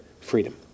freedom